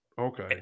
Okay